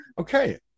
Okay